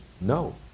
no